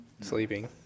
sleeping